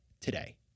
today